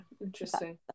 interesting